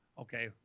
okay